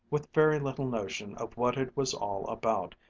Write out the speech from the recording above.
with very little notion of what it was all about,